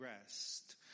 rest